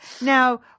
Now